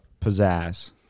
pizzazz